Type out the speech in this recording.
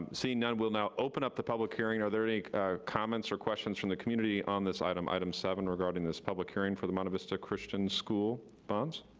seeing none, we'll now open up the public hearing. are there any comments or questions from the community on this item, item seven, regarding this public hearing for the monte vista christian school bonds?